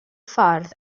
ffordd